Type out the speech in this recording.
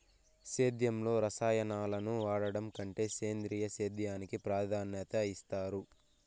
సేద్యంలో రసాయనాలను వాడడం కంటే సేంద్రియ సేద్యానికి ప్రాధాన్యత ఇస్తారు